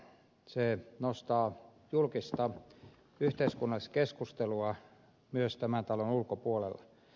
se nostaa julkista yhteiskunnallista keskustelua myös tämän talon ulkopuolella